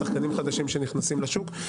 שחקנים חדשים שנכנסים לשוק.